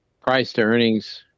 price-to-earnings